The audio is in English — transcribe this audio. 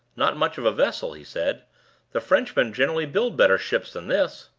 not much of a vessel, he said the frenchmen generally build better ships than this.